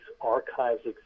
archives